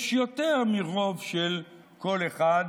שיש יותר מרוב של קול אחד